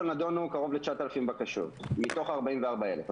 נדונו קרוב ל-9,000 בקשות מתוך ה-44 אלף.